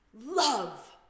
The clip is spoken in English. love